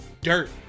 Dirt